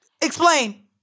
Explain